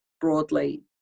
broadly